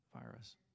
virus